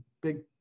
big